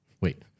Wait